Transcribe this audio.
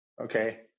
Okay